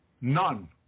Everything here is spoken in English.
None